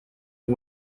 and